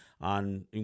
on